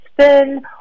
spin